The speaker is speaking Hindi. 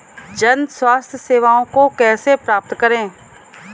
जन स्वास्थ्य सेवाओं को कैसे प्राप्त करें?